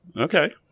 Okay